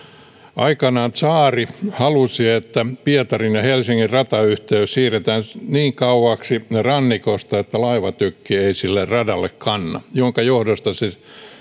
aikanaan tsaari halusi että pietarin ja helsingin ratayhteys siirretään niin kauaksi rannikosta että laivatykki ei sille radalle kanna minkä johdosta se